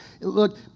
look